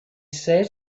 said